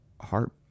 heart